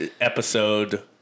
Episode